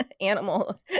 animal